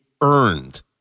earned